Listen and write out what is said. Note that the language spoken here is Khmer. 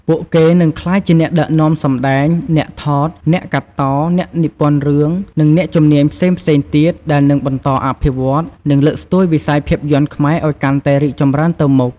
ពួកគេនឹងក្លាយជាអ្នកដឹកនាំសម្តែង អ្នកថត អ្នកកាត់ត អ្នកនិពន្ធរឿង និងអ្នកជំនាញផ្សេងៗទៀត ដែលនឹងបន្តអភិវឌ្ឍន៍ និងលើកស្ទួយវិស័យភាពយន្តខ្មែរឱ្យកាន់តែរីកចម្រើនទៅមុខ។